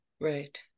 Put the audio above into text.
Right